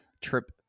trip